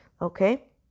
Okay